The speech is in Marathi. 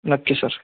नक्की सर